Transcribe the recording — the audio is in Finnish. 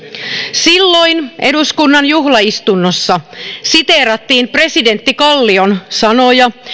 silloin eduskunnan juhlaistunnossa siteerattiin presidentti kallion sanoja